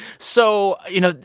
so, you know,